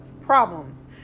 problems